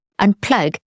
unplug